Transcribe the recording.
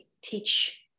teach